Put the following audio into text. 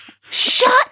Shut